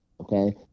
okay